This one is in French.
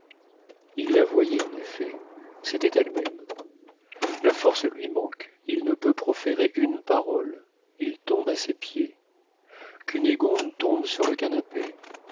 il la voyait en effet c'était elle-même la force lui manque il ne peut proférer une parole il tombe à ses pieds cunégonde tombe sur le canapé